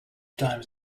times